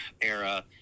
era